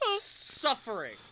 suffering